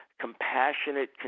compassionate